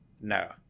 no